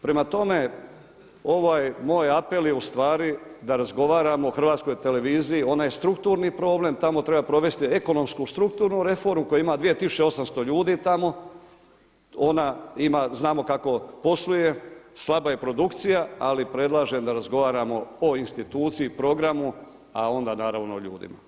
Prema tome, ovaj moj apel je u stvari da razgovaramo o Hrvatskoj televiziji, ona je strukturni problem, tamo treba povesti ekonomsku strukturnu reformu koja ima 2800 ljudi tamo, ona ima, znamo kako posluje, slaba je produkcija ali predlažem da razgovaramo o instituciji, programu a onda naravno o ljudima.